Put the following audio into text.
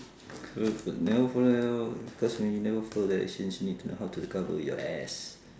never follow cause when you never follow directions you need to know how to cover your ass